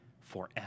forever